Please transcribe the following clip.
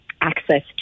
access